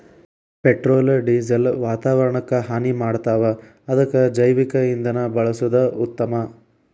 petrol diesel ವಾತಾವರಣಕ್ಕ ಹಾನಿ ಮಾಡ್ತಾವ ಅದಕ್ಕ ಜೈವಿಕ ಇಂಧನಾ ಬಳಸುದ ಉತ್ತಮಾ